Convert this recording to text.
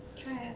try ah